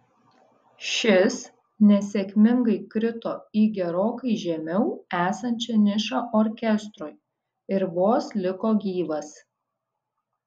šis nesėkmingai krito į gerokai žemiau esančią nišą orkestrui ir vos liko gyvas